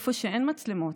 איפה שאין מצלמות,